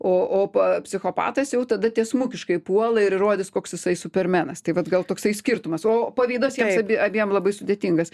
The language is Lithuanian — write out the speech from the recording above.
o o pa psichopatas jau tada tiesmukiškai puola ir įrodys koks jisai supermenas tai vat gal toksai skirtumas o pavydas jiems ab abiem labai sudėtingas